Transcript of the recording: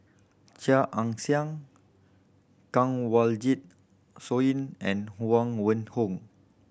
Chia Ann Siang Kanwaljit Soin and Huang Wenhong